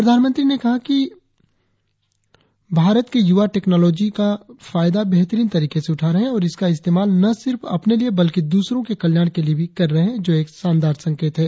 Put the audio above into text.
प्रधानमंत्री ने कहा कि भारत के युवा टेक्नॉलोजी का फायदा बेहतरीन तरीके से उठा रहे हैं और इसका इस्तेमाल न सिर्फ अपने लिए बल्कि द्रसरों के कल्याण के लिए भी कर रहे हैं जो एक शानदार संकेत है